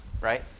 right